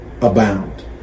abound